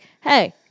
Hey